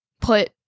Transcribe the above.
put